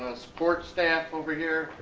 support staff over here.